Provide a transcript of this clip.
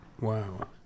Wow